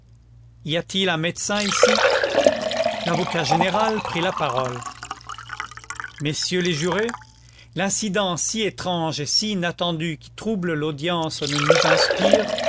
y a-t-il un médecin ici l'avocat général prit la parole messieurs les jurés l'incident si étrange et si inattendu qui trouble l'audience ne nous inspire